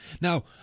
Now